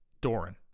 Doran